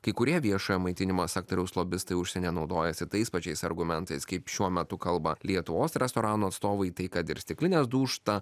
kai kurie viešojo maitinimo sektoriaus lobistai užsienyje naudojasi tais pačiais argumentais kaip šiuo metu kalba lietuvos restoranų atstovai tai kad ir stiklinės dūžta